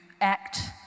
act